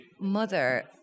mother